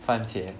番茄